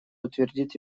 утвердит